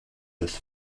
this